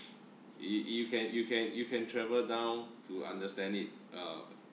you you can you can you can travel down to understand it well